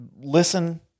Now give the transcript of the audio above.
listen